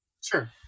Sure